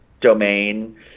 Domain